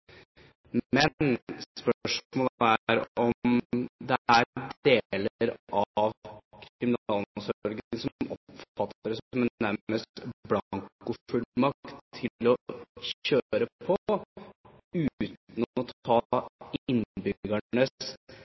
Men spørsmålet er om det er deler av kriminalomsorgen som nærmest oppfatter det som en blankofullmakt til å kjøre på uten å ta innbyggernes